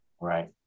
Right